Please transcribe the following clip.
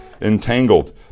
entangled